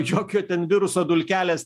jokio ten viruso dulkelės